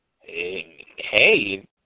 hey